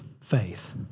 faith